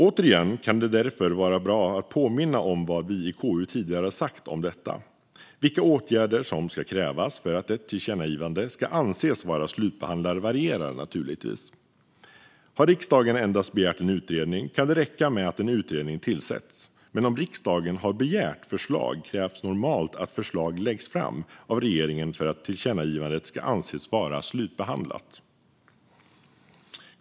Återigen kan det därför vara bra att påminna om vad vi i KU tidigare har sagt om detta: Vilka åtgärder som ska krävas för att ett tillkännagivande ska anses vara slutbehandlat varierar naturligtvis. Har riksdagen endast begärt en utredning kan det räcka med att en utredning tillsätts, men om riksdagen har begärt förslag krävs normalt att förslag läggs fram av regeringen för att tillkännagivandet ska anses vara slutbehandlat.